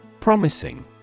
promising